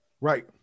Right